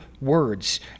words